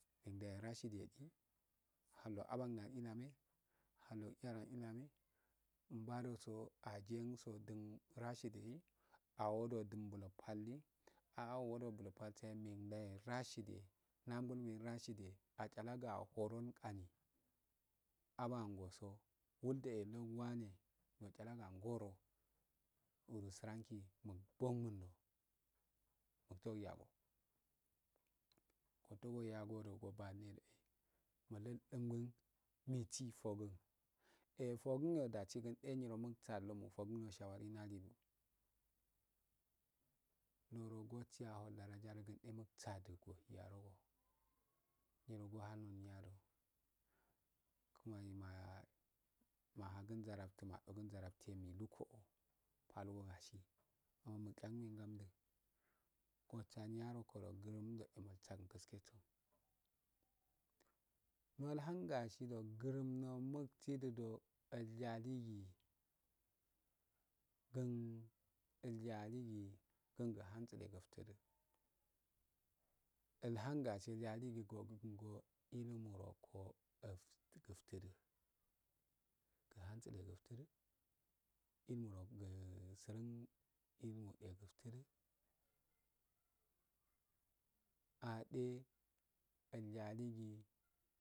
Ndaya rashidiyeki angol abangne na iname angoliya na iname, barogo ajeso don rashidi eli awodo din bl pal li awodo bla pal do men dae rashidi man we rashidiya achala ywa ah horon ani, abango so gul da eh langu wane we chalango an goro aro arangu muk bo nguldo muftehe wunago, utehe wuyago utehe wu yagodo wu yagodo oh bane do mul lun dun gan mitsi fokem, eh fogun eh dasi ken eh dasi ken eh nyiro muk sai do shawari ndido niyrɔ osi oho lo dala do muk satun niro ahali niya do kumani do japtu kumani ma hakun japtu mullu ko oh cha so grum eh nul kakun guske so nol hun gasi do gurum ro muk sidi bo iliyaligi iliyaligi mun haftse eh ofdeh ul hun gasi do yaligi ahun go ilumu roko srin haftse ilimu eh afteli ade iyaligir